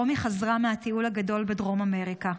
רומי חזרה מהטיול הגדול בדרום אמריקה,